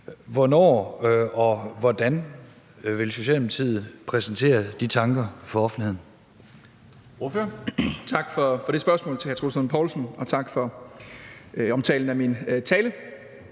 Hvornår og hvordan vil Socialdemokratiet præsentere de tanker for offentligheden?